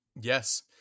Yes